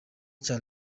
cya